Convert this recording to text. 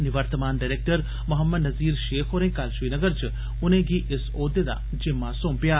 निवर्तमान डरैक्टर मोहम्मद नज़ीर शेख होरें कल श्रीनगर च उनेंगी इस ओहदे दा जिम्मा सौंपेआ